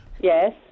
Yes